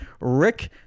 Rick